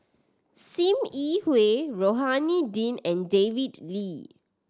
Sim Yi Hui Rohani Din and David Lee